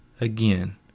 again